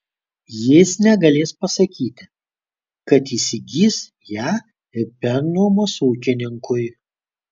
jis negalės pasakyti kad įsigys ją ir pernuomos ūkininkui